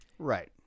Right